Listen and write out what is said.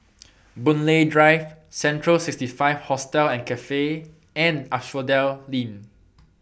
Boon Lay Drive Central sixty five Hostel and Cafe and Asphodel Inn